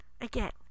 Again